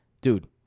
dude